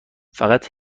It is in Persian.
فقط